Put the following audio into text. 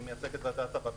אני מייצג את ועדת הרבנים.